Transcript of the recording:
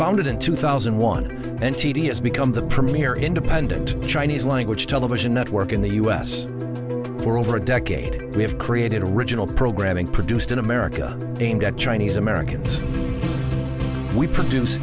founded in two thousand and one and tedious become the premier independent chinese language television network in the u s for over a decade we have created original programming produced in america aimed at chinese americans we produce